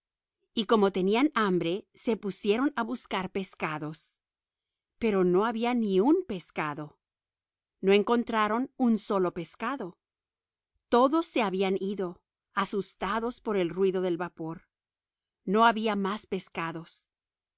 y como tenían hambre se pusieron a buscar peces pero no había ni un pez no encontraron un solo pez todos se habían ido asustados por el ruido del vapor no había más